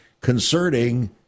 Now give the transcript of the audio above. concerning